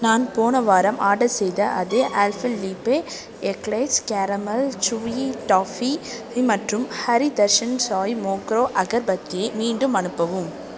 நான் போன வாரம் ஆடர் செய்த அதே Alpenliebe eclairs caramel chewy toffee மற்றும் ஹரி தர்ஷன் சாய் மோக்ரோ அகர்பத்தி மீண்டும் அனுப்பவும்